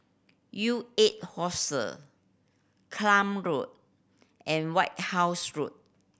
U eight Klang Road and White House Road